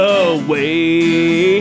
away